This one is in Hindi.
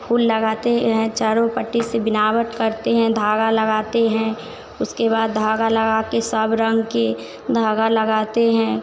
फूल लगाते हैं चारों पट्टी से बिनावट करते हैं धागा लगाते हैं उसके बाद धागा लगाकर सब रंग के धागे लगाते हैं